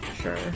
Sure